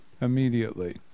Immediately